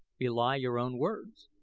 belie your own words.